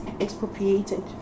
expropriated